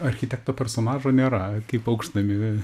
architekto personažo nėra kaip aukštnamy